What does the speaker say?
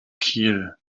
kiel